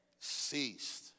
ceased